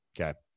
Okay